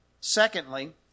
secondly